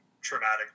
traumatic